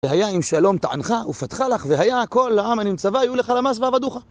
והיה אם שלום תענך, ופתחה לך והיה הכל לעם הנמצאה, היו לך למס ועבדוך